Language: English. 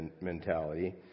mentality